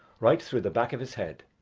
right through the back of his head.